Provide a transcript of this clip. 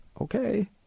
Okay